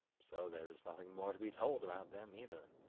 so there is nothing more to be told about them either